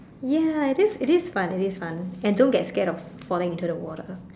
ya it is it is fun and don't get scared of falling into the water